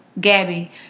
Gabby